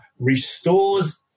restores